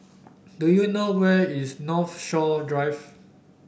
do you know where is Northshore Drive